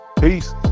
Peace